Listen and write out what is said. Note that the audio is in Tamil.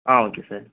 ah okay sir